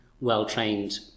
well-trained